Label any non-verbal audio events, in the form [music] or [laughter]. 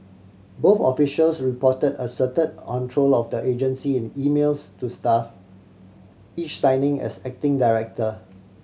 both officials report assert [unintelligible] control of the agency in emails to staff each signing as acting director